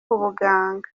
ubuganga